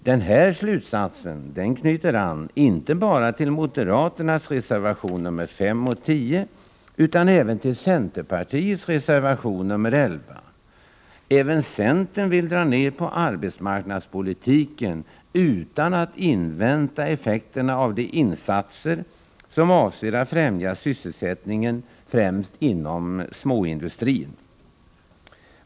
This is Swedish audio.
Den här slutsatsen knyter an, inte bara till moderaternas reservationer nr 5 och 10 utan även till centerpartiets reservation nr 11. Även centern vill dra ned på arbetsmarknadspolitiken utan att invänta effekterna av de insatser som avser att främja sysselsättningen, främst inom småindustrin.